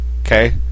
Okay